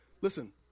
Listen